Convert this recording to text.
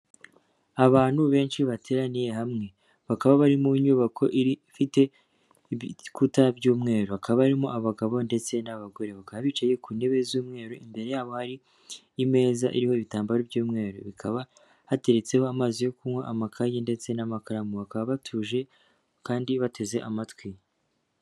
Abantu benshi bateraniye hamwe bakaba bari mu nyubako ifite ibikuta by'umweru, bakaba barimo abagabo ndetse n'abagore, bakaba bicaye ku ntebe z'umweru imbere yabo hari imeza iriho ibitambaro by'umweru, hakaba hateretseho amazi yo kunywa, amakayi, ndetse n'amakaramu. Bakaba batuje kandi bateze amatwi.